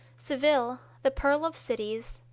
seville, the pearl of cities,